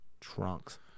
Trunks